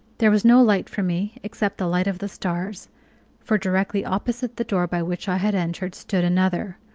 there was no light for me except the light of the stars for directly opposite the door by which i had entered stood another,